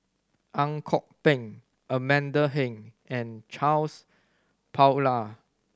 Ang Kok Peng Amanda Heng and Charles Paglar